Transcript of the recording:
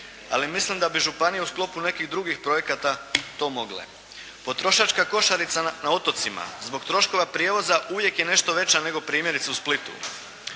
ali mislim da bi županije u sklopu nekih drugih projekata to mogle. Potrošačka košarica na otocima zbog troškova prijevoza uvijek je nešto veća nego primjerice u Splitu.